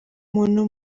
muntu